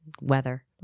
weather